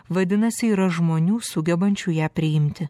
vadinasi yra žmonių sugebančių ją priimti